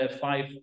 five